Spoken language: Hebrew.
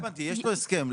יש כאן הסכם.